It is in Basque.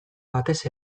batez